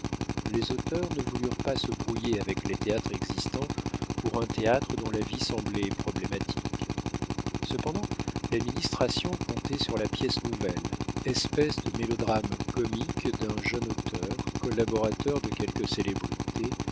les auteurs ne voulurent pas se brouiller avec les théâtres existants pour un théâtre dont la vie semblait problématique cependant l'administration comptait sur la pièce nouvelle espèce de mélodrame comique d'un jeune auteur collaborateur de quelques célébrités